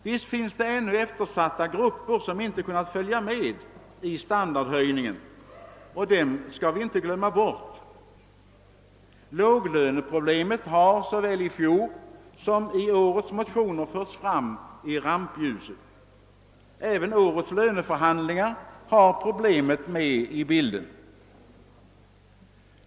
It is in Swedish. Visst finns det ännu eftersatta grupper som inte kunnat följa med i standardhöjningen, och dem skall vi inte glömma bort. Låglöneproblemet har i såväl fjol årets som årets motioner förts fram i rampljuset. Även årets löneförhandlingar har problemet med i bilden.